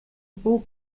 бүү